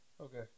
okay